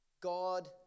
God